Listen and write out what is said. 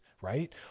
right